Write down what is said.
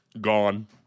gone